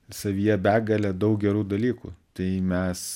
savyje begalę daug gerų dalykų tai mes